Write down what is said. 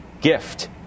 gift